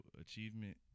achievement